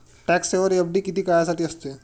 Tax saver FD किती काळासाठी असते?